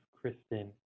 Kristen